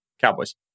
Cowboys